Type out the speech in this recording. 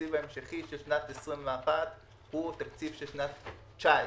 לתקציב ההמשכי של שנת 2021 הוא התקציב של שנת 2019,